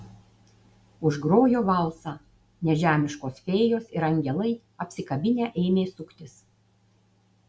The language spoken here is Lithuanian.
užgrojo valsą nežemiškos fėjos ir angelai apsikabinę ėmė suktis